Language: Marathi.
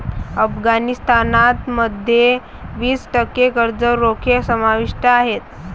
अफगाणिस्तान मध्ये वीस टक्के कर्ज रोखे समाविष्ट आहेत